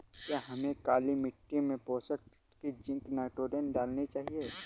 क्या हमें काली मिट्टी में पोषक तत्व की जिंक नाइट्रोजन डालनी चाहिए?